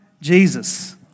Jesus